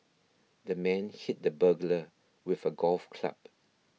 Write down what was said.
the man hit the burglar with a golf club